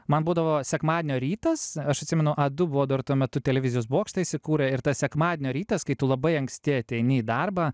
man būdavo sekmadienio rytas aš atsimenu a du buvo dar tuo metu televizijos bokšte įsikūrę ir tas sekmadienio rytas kai tu labai anksti ateini į darbą